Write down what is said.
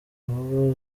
vuba